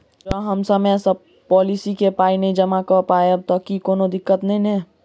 जँ हम समय सअ पोलिसी केँ पाई नै जमा कऽ पायब तऽ की कोनो दिक्कत नै नै?